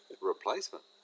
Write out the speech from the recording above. replacement